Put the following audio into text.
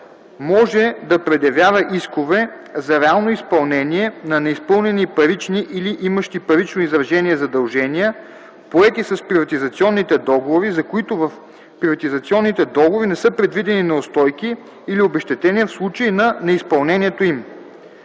може да предявява искове за реално изпълнение на неизпълнени парични или имащи парично изражение задължения, поети с приватизационните договори, за които в приватизационните договори не са предвидени неустойки или обезщетения в случай на неизпълнението им;